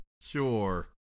Sure